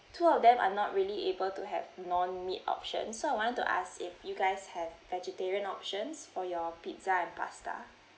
two of them are not really able to have non-meat options so I wanted to ask if you guys have vegetarian options for your pizza and pasta